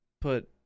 put